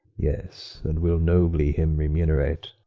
yes, and will nobly him remunerate.